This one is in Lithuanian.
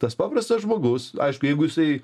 tas paprastas žmogus aišku jeigu jisai